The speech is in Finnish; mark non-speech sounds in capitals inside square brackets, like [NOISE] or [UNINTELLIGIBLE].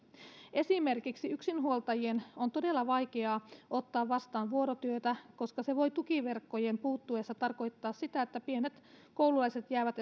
esimerkiksi yksinhuoltajien on todella vaikea ottaa vastaan vuorotyötä koska se voi tukiverkkojen puuttuessa tarkoittaa esimerkiksi sitä että pienet koululaiset jäävät [UNINTELLIGIBLE]